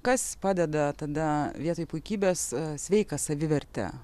kas padeda tada vietoj puikybės sveiką savivertę